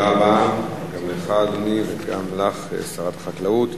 תודה רבה, גם לך, אדוני, וגם לך, שרת החקלאות.